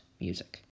music